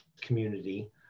community